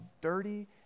dirty